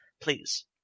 Please